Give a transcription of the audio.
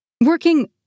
Working